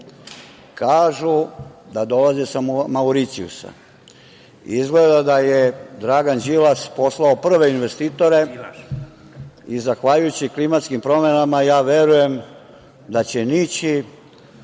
Kažu da dolaze sa Mauricijusa, izgleda da je Dragan Đilas poslao prve investitore i zahvaljujući klimatskim promenama verujem da će nići